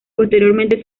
posteriormente